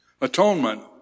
Atonement